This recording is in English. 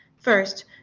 First